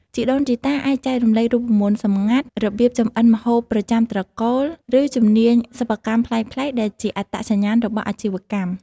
ជីដូនជីតា អាចចែករំលែករូបមន្តសម្ងាត់ របៀបចម្អិនម្ហូបប្រចាំត្រកូល ឬជំនាញសិប្បកម្មប្លែកៗ ដែលជាអត្តសញ្ញាណរបស់អាជីវកម្ម។